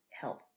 help